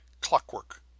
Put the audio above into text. clockwork